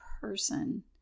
person